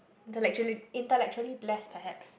intellectually intellectually blessed perhaps